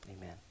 amen